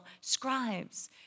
scribes